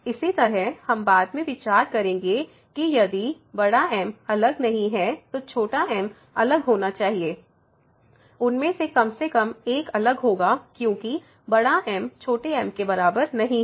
इसी तरह हम बाद में विचार करेंगे कि यदि M अलग नहीं है तो छोटा m अलग होना चाहिए उनमें से कम से कम एक अलग होगा क्योंकि M छोटे m के बराबर नहीं है